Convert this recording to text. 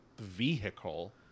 vehicle